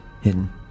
hidden